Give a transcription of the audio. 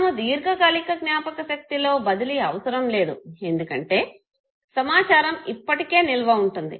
మనము దీర్ఘ కాలిక జ్ఞాపక శక్తిలో బదిలీ అవసరం లేదు ఎందుకంటే సమాచారం ఇప్పటికే నిల్వ ఉంటుంది